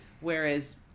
whereas